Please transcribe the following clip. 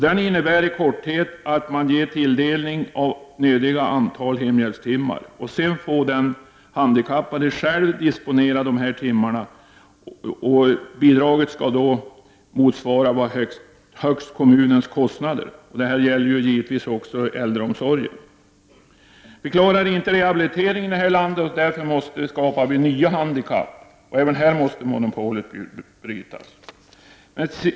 Denna innebär i korthet att nödigt antal hemhjälpstimmar tilldelas, och sedan får de handikappade själva disponera dessa timmar. Bidraget skall då motsvara högst kommunens kostnader — detta gäller givetvis också äldreomsorgen. I det här landet klarar man inte av rehabiliteringen, och därför skapas det nya handikapp. Även här måste monopolet brytas.